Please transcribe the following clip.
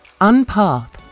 UNPATH